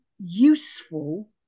useful